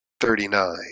Thirty-nine